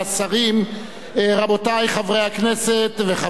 רבותי חברי הכנסת וחברות הכנסת,